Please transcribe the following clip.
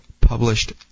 published